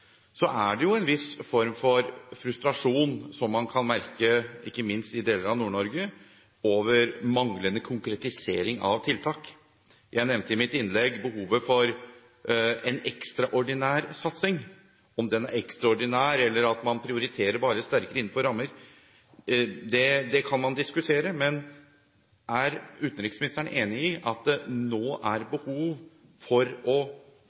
en viss form for frustrasjon – som man kan merke, ikke minst i deler av Nord-Norge – over manglende konkretisering av tiltak. Jeg nevnte i mitt innlegg behovet for en ekstraordinær satsing. Om den er ekstraordinær, eller at man bare prioriterer sterkere innenfor rammer, kan man diskutere, men: Er utenriksministeren enig i at det nå er behov for å